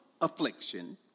affliction